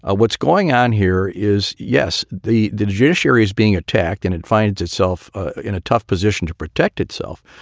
ah what's going on here is, yes, the the judiciary is being attacked and it finds itself in a tough position to protect itself.